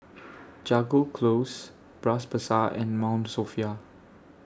Jago Close Bras Basah and Mount Sophia